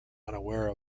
unaware